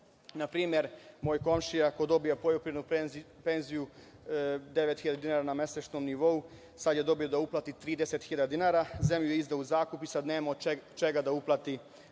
primer, moj komšija koji dobija poljoprivrednu penziju 9.000 hiljada na mesečnom nivou sada je dobio da uplati 30.000 dinara. Zemlju je izdao u zakup i sada nema od čega da uplati